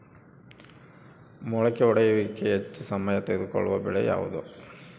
ಮೊಳಕೆ ಒಡೆಯುವಿಕೆಗೆ ಹೆಚ್ಚು ಸಮಯ ತೆಗೆದುಕೊಳ್ಳುವ ಬೆಳೆ ಯಾವುದು?